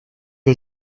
que